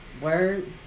Word